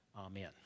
Amen